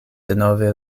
denove